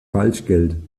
falschgeld